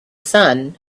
sun